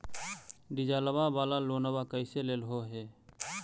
डीजलवा वाला लोनवा कैसे लेलहो हे?